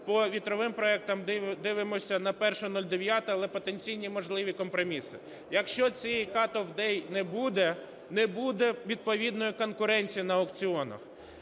по вітровим проектам дивимося на 01.09, але потенційні можливі компроміси. Якщо цієї cut-off date не буде – не буде відповідної конкуренції на аукціонах.